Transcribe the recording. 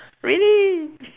really